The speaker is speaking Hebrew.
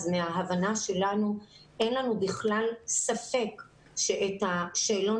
מההבנה שלנו אין לנו בכלל ספק שאת השאלון